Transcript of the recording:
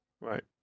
Right